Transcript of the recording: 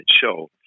show